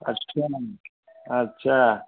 अच्छा अच्छा